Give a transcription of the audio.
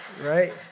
Right